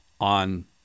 on